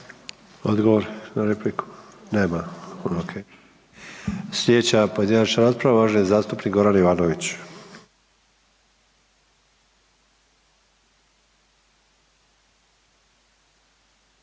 Odgovor na repliku, nema, ok. Slijedeća pojedinačna rasprava uvaženi zastupnik Goran Ivanović.